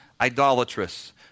idolatrous